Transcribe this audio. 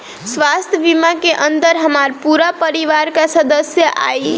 स्वास्थ्य बीमा के अंदर हमार पूरा परिवार का सदस्य आई?